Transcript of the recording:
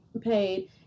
paid